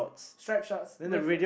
stripes shorts with